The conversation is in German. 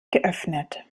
geöffnet